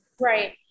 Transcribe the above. Right